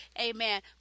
amen